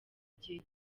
gihe